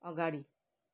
अगाडि